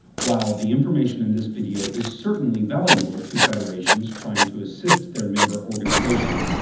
while the information in this video is certainly valuable to federations trying to assist their member organizations,